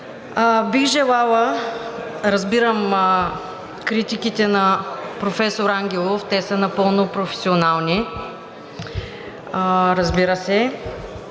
Бих желала – разбирам критиките на професор Ангелов, те са напълно професионални, разбира се,